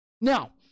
Now